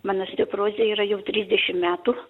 man osteoporozė jau yra jau trisdešimt metų